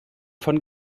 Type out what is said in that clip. von